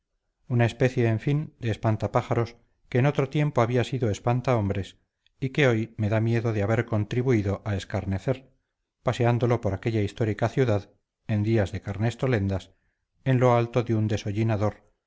una especie en fin de espanta pájaros que en otro tiempo había sido espanta hombres y que hoy me da miedo de haber contribuido a escarnecer paseándolo por aquella histórica ciudad en días de carnestolendas en lo alto de un